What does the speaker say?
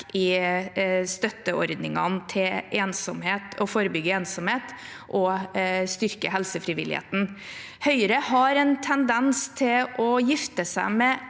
i støtteordningene til å forebygge ensomhet og styrke helsefrivilligheten. Høyre har en tendens til å gifte seg med